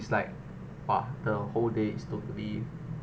it's like !wah! whole day is totally